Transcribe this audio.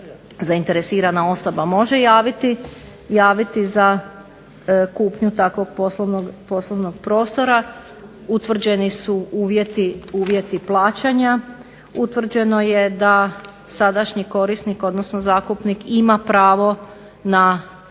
zainteresirana osoba može javiti za kupnju takvog poslovnog prostora. Utvrđeni su uvjeti plaćanja, utvrđeno je da sadašnji korisnik odnosno zakupnik ima pravo na